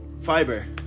fiber